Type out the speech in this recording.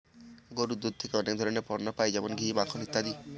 গরুর দুধ থেকে অনেক ধরনের পণ্য পাই যেমন ঘি, মাখন ইত্যাদি